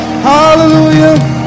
Hallelujah